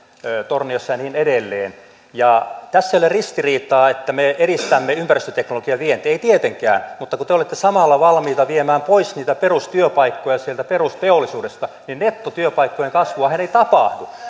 torniossa ja niin edelleen tässä ei ole ristiriitaa että me edistämme ympäristöteknologian vientiä ei tietenkään mutta kun te olette samalla valmiita viemään pois niitä perustyöpaikkoja sieltä perusteollisuudesta niin nettotyöpaikkojen kasvuahan ei tapahdu